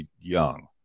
young